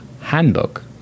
handbook